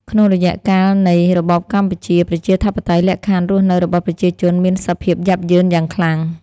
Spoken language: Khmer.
ក្នុងរយៈកាលនៃ របបកម្ពុជាប្រជាធិបតេយ្យ លក្ខខណ្ឌរស់នៅរបស់ប្រជាជនមានសភាពយ៉ាប់យ៉ឺនយ៉ាងខ្លាំង ។